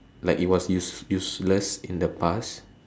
like it was use useless in the past